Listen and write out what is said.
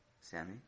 Sammy